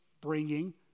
bringing